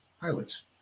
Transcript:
pilots